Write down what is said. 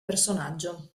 personaggio